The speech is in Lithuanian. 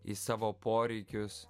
į savo poreikius